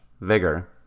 vigor